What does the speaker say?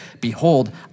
behold